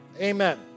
Amen